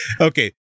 Okay